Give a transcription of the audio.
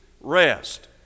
rest